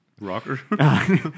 rocker